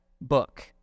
book